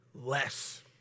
less